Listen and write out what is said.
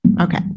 Okay